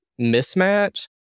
mismatch